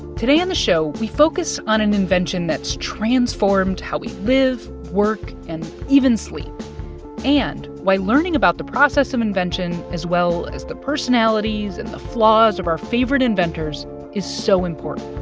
today on the show, we focus on an invention that's transformed how we live, work and even sleep and why learning about the process of invention as well as the personalities and the flaws of our favorite inventors is so important